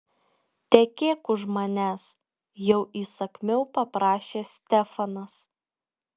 tekėk už manęs jau įsakmiau paprašė stefanas